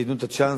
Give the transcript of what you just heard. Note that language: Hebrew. שייתנו את הצ'אנס,